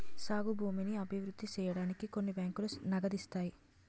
సాగు భూమిని అభివృద్ధి సేయడానికి కొన్ని బ్యాంకులు నగదిత్తాయి